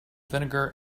vinegar